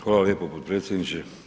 Hvala lijepo potpredsjedniče.